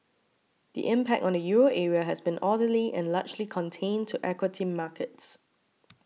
the impact on the Euro area has been orderly and largely contained to equity markets